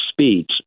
speeds